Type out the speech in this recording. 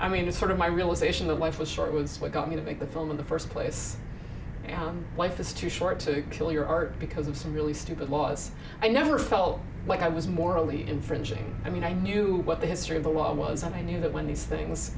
i mean the sort of my realization that life was short was what got me to make the film in the first place and life is too short to kill your art because of some really stupid laws i never felt like i was morally infringing i mean i knew what the history of the law was i knew that when these things